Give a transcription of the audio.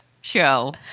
show